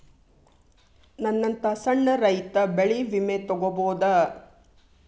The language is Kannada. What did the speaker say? ನನ್ನಂತಾ ಸಣ್ಣ ರೈತ ಬೆಳಿ ವಿಮೆ ತೊಗೊಬೋದ?